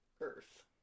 Earth